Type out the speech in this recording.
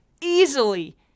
easily